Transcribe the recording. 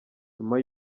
nyuma